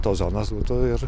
tos zonos būtų ir